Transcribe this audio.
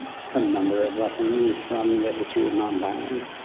some number of lessons from the history of non violence.